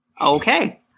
Okay